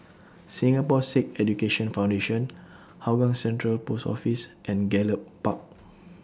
Singapore Sikh Education Foundation Hougang Central Post Office and Gallop Park